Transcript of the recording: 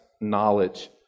knowledge